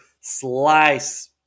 slice